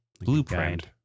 blueprint